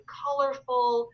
colorful